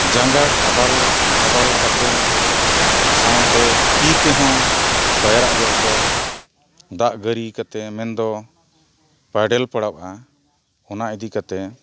ᱡᱟᱸᱜᱟ ᱰᱷᱟᱵᱟᱞ ᱰᱷᱟᱵᱟᱞ ᱠᱟᱛᱮᱫ ᱥᱟᱶᱛᱮ ᱛᱤ ᱛᱮᱦᱚᱸ ᱯᱟᱭᱨᱟᱜ ᱡᱚᱦᱚᱜ ᱫᱚ ᱫᱟᱜ ᱜᱟᱹᱨᱤ ᱠᱟᱛᱮᱫ ᱢᱮᱱᱫᱚ ᱯᱟᱭᱰᱮᱞ ᱯᱟᱲᱟᱜᱼᱟ ᱚᱱᱟ ᱤᱫᱤ ᱠᱟᱛᱮᱫ